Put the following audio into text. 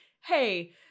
hey